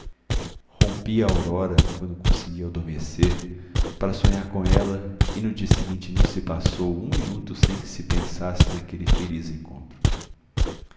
rompia a aurora quando conseguiu adormecer para sonhar com ela e no dia seguinte não se passou um minuto sem que pensasse naquele feliz encontro